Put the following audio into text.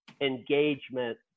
engagement